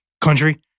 country